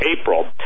April